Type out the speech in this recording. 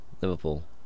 Liverpool